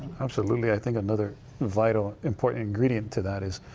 absolutely. i think another vital important ingredient to that is